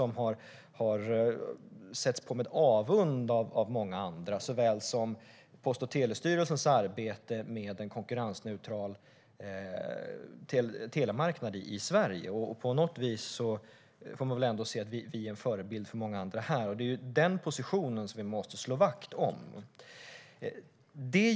Många har sett på den med avund, liksom på Post och telestyrelsens arbete med en konkurrensneutral telemarknad i Sverige. Vi är en förebild för många här, och den positionen måste vi slå vakt om.